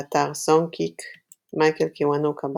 באתר Songkick מייקל קיוונוקה,